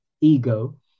ego